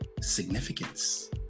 significance